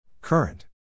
Current